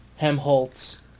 Hemholtz